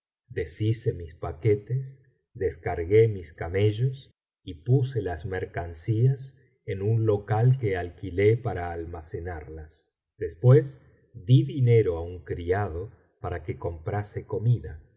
serur deshice mis paquetes descargué mis camellos y puse las mercancías en un local que alquiló para almacenarlas después di dinero á un criado para que comprase comida